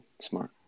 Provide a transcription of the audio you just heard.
Smart